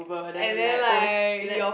and then like yours